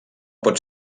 pot